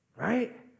right